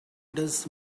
does